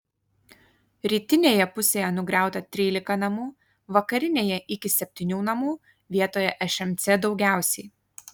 rytinėje pusėje nugriauta trylika namų vakarinėje iki septynių namų vietoje šmc daugiausiai